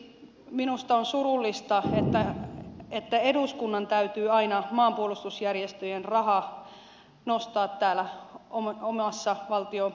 siksi minusta on surullista että eduskunnan täytyy aina maanpuolustusjärjestöjen rahaa nostaa täällä oman runossa valtio